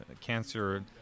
cancer